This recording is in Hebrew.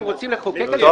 אם רוצים לחוקק את זה,